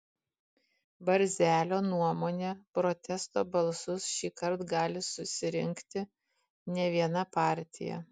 barzelio nuomone protesto balsus šįkart gali susirinkti ne viena partija